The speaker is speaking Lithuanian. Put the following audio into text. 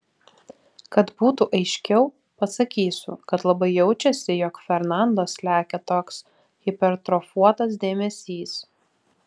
kad būtų aiškiau pasakysiu kad labai jaučiasi jog fernando slegia toks hipertrofuotas dėmesys